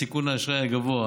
בסיכון האשראי הגבוה,